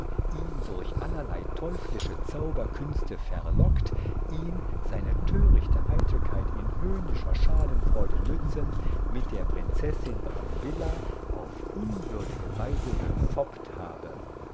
ihn durch allerlei teuflische zauberkünste verlockt ihn seine törichte eitelkeit in höhnischer schadenfreude nützend mit der prinzessin brambilla auf unwürdige weise gefoppt habe